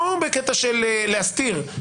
לא בקטע של להסתיר,